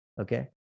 Okay